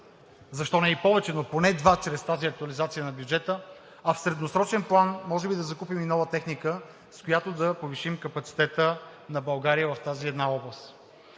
защо не и повече, но поне два чрез тази актуализация на бюджета, а в средносрочен план може би и да закупим нова техника, с която да повишим капацитета на България в тази една област.